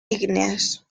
ígneas